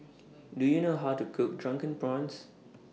Do YOU know How to Cook Drunken Prawns